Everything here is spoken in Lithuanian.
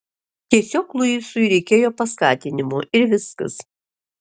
tiesiog luisui reikėjo paskatinimo ir viskas